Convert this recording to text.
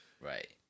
right